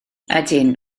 ydyn